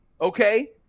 okay